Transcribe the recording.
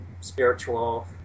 spiritual